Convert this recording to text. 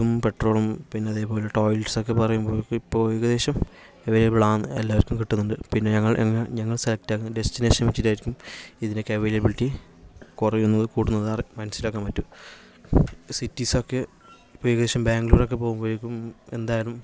ഫുഡും പെട്രോളും പിന്നെ അതേപോലെ ടോയ്ലറ്റ്സൊക്കെ പറയുമ്പോൾ ഇപ്പോൾ ഏകദേശം എവെലബിൾ ആണ് എല്ലാവർക്കും കിട്ടുന്നുണ്ട് പിന്നെ ഞങ്ങ ഞങ്ങ ഞങ്ങൾ സെറ്റ് ഡെസ്റ്റിനേഷൻ വെച്ചിട്ടായിരിക്കും ഇതിനൊക്കെ അവൈലബിലിറ്റി കുറയുന്നത് കൂടുന്നത് മനസ്സിലാക്കാൻ പറ്റും സിറ്റിസൊക്കെ ഇപ്പം ഏകദേശം ബാംഗ്ലൂർ ഒക്കെ പോകുമ്പോയേക്കും എന്തായാലും